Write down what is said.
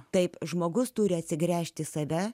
taip žmogus turi atsigręžti į save